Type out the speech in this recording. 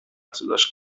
صداش